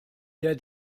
der